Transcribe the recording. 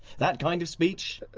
that kind of speech.